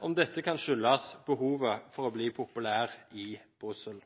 om dette kan skyldes behovet for å bli populær i Brussel.